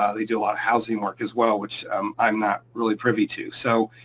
they do a lot of housing work as well, which um i'm not really privy to. so,